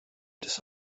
des